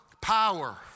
Power